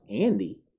Andy